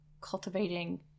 cultivating